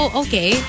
okay